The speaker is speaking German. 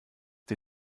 die